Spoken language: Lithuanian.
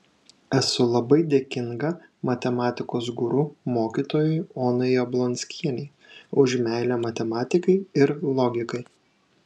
esu labai dėkinga matematikos guru mokytojai onai jablonskienei už meilę matematikai ir logikai